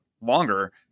longer